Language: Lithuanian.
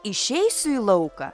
išeisiu į lauką